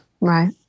Right